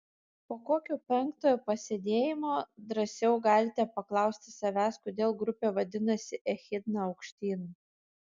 po kokio penktojo pasėdėjimo drąsiau galite paklausti savęs kodėl grupė vadinasi echidna aukštyn